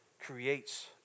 creates